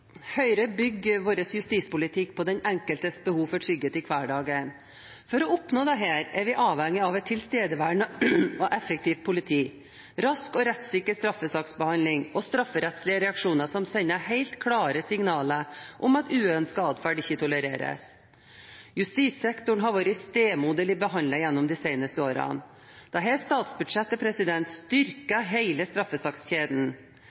Høyre bygger sin justispolitikk på den enkeltes behov for trygghet i hverdagen. For å oppnå dette er vi avhengige av et tilstedeværende og effektivt politi, rask og rettssikker straffesaksbehandling og strafferettslige reaksjoner som sender helt klare signaler om at uønsket adferd ikke tolereres. Justissektoren har vært stemoderlig behandlet gjennom de seneste år. Dette statsbudsjettet